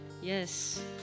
Yes